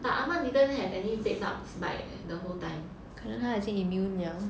but ah ma didn't have any bed bugs bite like the whole time